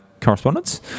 correspondence